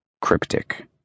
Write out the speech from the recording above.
cryptic